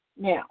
Now